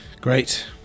Great